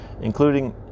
including